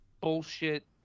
bullshit